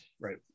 Right